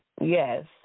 Yes